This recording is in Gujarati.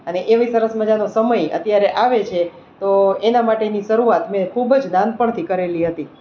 અને એવી સરસ મજાનો સમય અત્યારે આવે છે તો એના માટેની શરૂઆત મેં ખૂબ જ નાનપણથી કરેલી હતી